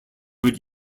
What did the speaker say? would